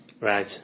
Right